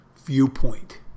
viewpoint